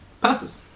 Passes